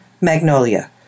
Magnolia